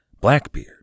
Blackbeard